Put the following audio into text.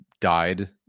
died